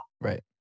Right